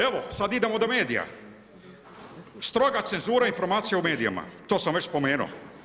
Evo, sad idemo do medija, stroga cenzura i informacija u medijima, to sam već spomenuo.